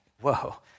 whoa